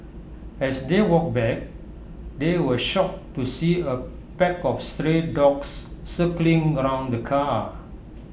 as they walked back they were shocked to see A pack of stray dogs circling around the car